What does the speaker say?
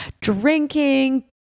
Drinking